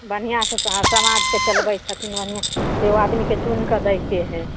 बढ़िआँसँ हँ समाजके चलबै छथिन बढ़िआँसँ ओइ आदमीके चुनिके दैके हइ